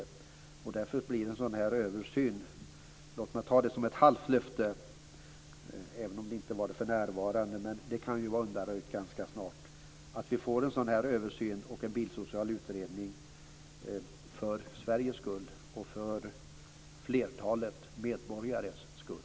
Låt mig därför ta det som statsrådet sade som ett halvt löfte - även om det inte var det för närvarande, men det kan ju vara undanröjt ganska snart - att vi får en sådan översyn och en bilsocial utredning för Sveriges skull och för flertalet medborgares skull.